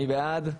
מי בעד?